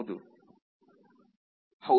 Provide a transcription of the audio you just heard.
ವಿದ್ಯಾರ್ಥಿ ಹೌದು